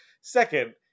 Second